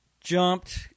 jumped